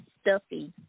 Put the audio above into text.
stuffy